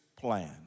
plan